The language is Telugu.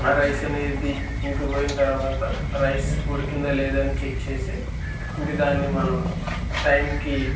ఆ రైస్ అనేది ఇంకిపోయిన తర్వాత రైస్ ఉండికిందా లేదా అని చెక్ చేసి ఇంకా దాన్ని మనం టైంకి